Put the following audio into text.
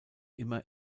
immer